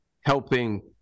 helping